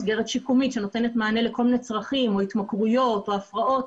מסגרת שיקומית שנותנת מענה לכל מיני צרכים או התמכרויות או הפרעות,